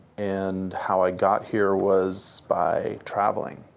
and how i got here was by traveling.